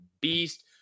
beast